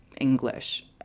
English